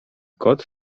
kot